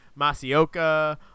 Masioka